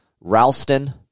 Ralston